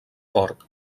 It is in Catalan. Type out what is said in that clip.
port